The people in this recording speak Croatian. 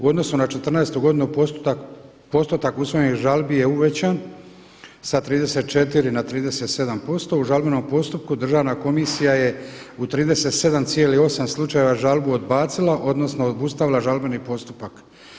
U odnosu na 2014. godinu postotak usvojenih žalbi je uvećan sa 34 na 37% u žalbenom postupku državna komisija je u 37,8 slučajeva žalbu odbacilo odnosno obustavila žalbeni postupak.